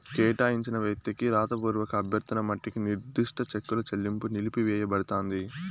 కేటాయించిన వ్యక్తికి రాతపూర్వక అభ్యర్థన మట్టికి నిర్దిష్ట చెక్కుల చెల్లింపు నిలిపివేయబడతాంది